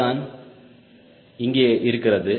அதுதான் இங்கே இருக்கிறது